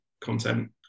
content